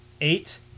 eight